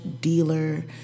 dealer